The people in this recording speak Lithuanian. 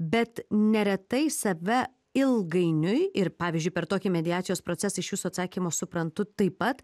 bet neretai save ilgainiui ir pavyzdžiui per tokį mediacijos procesą iš jūsų atsakymo suprantu taip pat